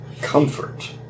Comfort